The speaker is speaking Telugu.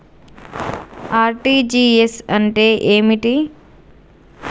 ఆర్.టి.జి.ఎస్ అంటే ఏమిటి?